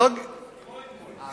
כמו אתמול.